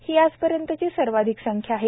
ही आजपर्यंतची सर्वाधिक संख्या आहे